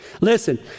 Listen